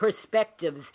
perspectives